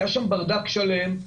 היה שם ברדק שלם,